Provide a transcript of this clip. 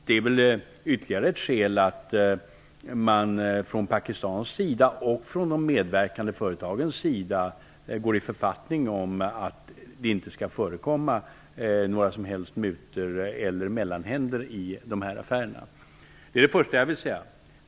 Det är ytterligare ett skäl för att man från pakistansk sida och från de medverkande företagens sida går i författning om att det inte skall förekomma några mutor eller mellanhänder i dessa affärer. Det är det första jag vill säga.